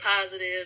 positive